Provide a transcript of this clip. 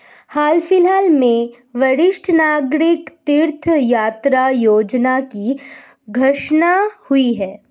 हाल फिलहाल में वरिष्ठ नागरिक तीर्थ यात्रा योजना की घोषणा हुई है